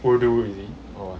urdu is it or what